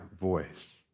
voice